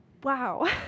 wow